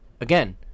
Again